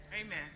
Amen